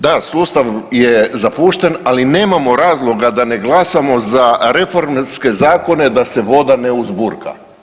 Da, sustav je zapušten, ali nemamo razloga da ne glasamo za reformske zakone da se voda ne uzburka.